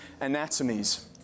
anatomies